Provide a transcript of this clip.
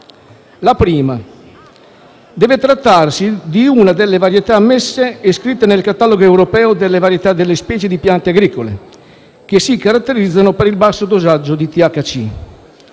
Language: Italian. La prima è che deve trattarsi di una delle varietà ammesse iscritte nel Catalogo europeo delle varietà delle specie di piante agricole, che si caratterizzano per il basso dosaggio di THC.